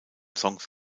songs